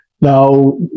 Now